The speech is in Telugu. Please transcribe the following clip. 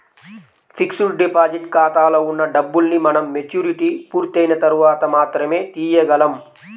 ఫిక్స్డ్ డిపాజిట్ ఖాతాలో ఉన్న డబ్బుల్ని మనం మెచ్యూరిటీ పూర్తయిన తర్వాత మాత్రమే తీయగలం